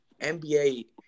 NBA